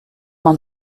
man